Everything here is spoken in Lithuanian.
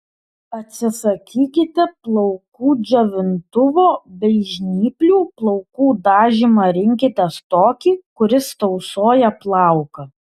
atsisakykite plaukų džiovintuvo bei žnyplių plaukų dažymą rinkitės tokį kuris tausoja plauką